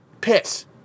piss